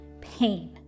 pain